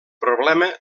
problema